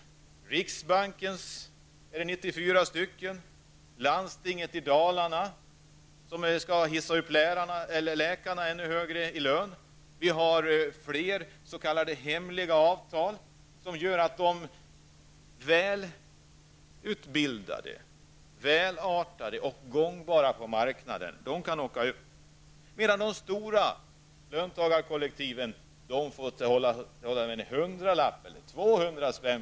På riksbanken har man höjt lönen för 94 stycken, landstinget i Dalarna tänker höja upp läkarnas lön ännu högre och det finns fler s.k. hemliga avtal som medför att de välutbildade, välartade och gångbara på marknaden kan få riktiga löneökningar medan det stora lönekollektivet får en höjning med endast 100--200 kr.